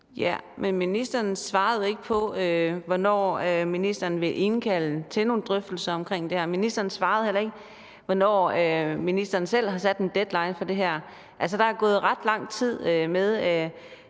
(DF): Ministeren svarede ikke på, hvornår ministeren vil indkalde til nogle drøftelser om det her. Ministeren svarede heller ikke på, hvornår ministeren selv har sat en deadline for det her. Der er gået ret lang tid med